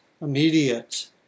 immediate